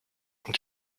und